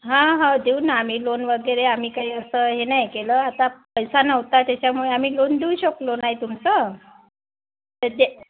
हां हां देऊ ना आम्ही लोन वगैरे आम्ही काही असं हे नाही केलं आता पैसा नव्हता त्याच्यामुळे आम्ही लोन देऊ शकलो नाही तुमचं दे